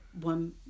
one